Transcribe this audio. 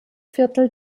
viertel